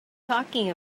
talking